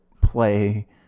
play